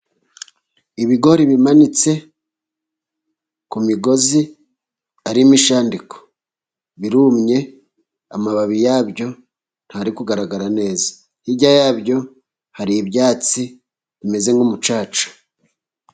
Ibigori bimanitse ku migozi ari imishandiko birumye, amababi yabyo ntari kugaragara neza, hirya yabyo hari ibyatsi bimeze nk'umucaca.